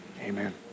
amen